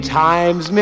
times